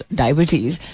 diabetes